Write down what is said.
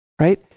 right